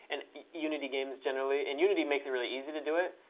and unity games generally. and unity makes it really easy to do it.